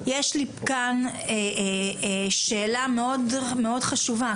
יש לי כאן שאלה מאוד חשובה,